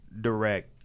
direct